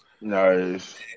Nice